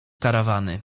karawany